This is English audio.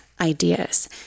ideas